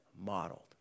modeled